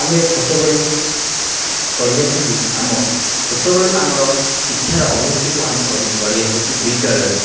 ଆମେ ଛୋଟବେଳୁ ପଢ଼ି ଆସୁଛୁ ଆମ ଛୋଟବେଳୁ ଆମର ଶିକ୍ଷାର ଅଭିବୃଦ୍ଧିକୁ ଆମେ ଗଢ଼ି ଆସୁଛୁ ବିଦ୍ୟାଳୟରୁ